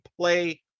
play